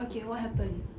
okay what happened